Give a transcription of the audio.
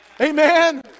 Amen